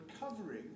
recovering